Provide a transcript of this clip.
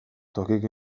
tokiko